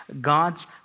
God's